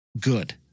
good